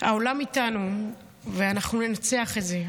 העולם איתנו, ואנחנו ננצח את זה.